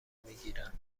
میگیرند